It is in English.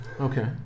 Okay